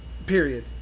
Period